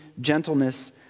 gentleness